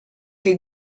che